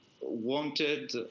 wanted